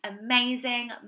amazing